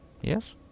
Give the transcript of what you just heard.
yes